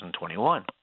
2021